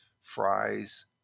fries